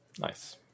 Nice